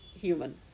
human